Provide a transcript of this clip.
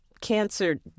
cancer